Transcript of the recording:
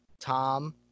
Tom